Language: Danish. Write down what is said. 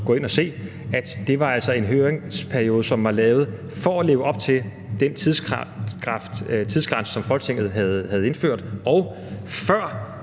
man også se, at det altså var en høringsperiode, som var lavet for at leve op til den tidsgrænse, som Folketinget havde indført, og var